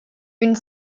une